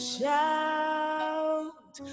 Shout